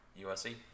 USC